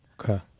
Okay